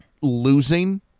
losing